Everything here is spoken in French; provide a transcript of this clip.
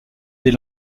des